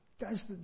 Guys